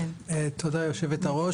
תודה יו"ר.